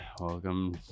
welcome